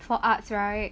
for arts right